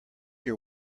your